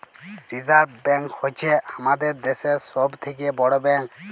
reserve bank হ্য়চ্ছ হামাদের দ্যাশের সব থেক্যে বড় ব্যাঙ্ক